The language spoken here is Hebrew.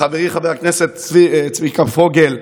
וחברי חבר הכנסת צביקה פוגל,